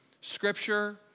scripture